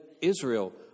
Israel